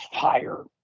fire